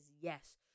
yes